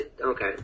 okay